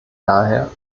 daher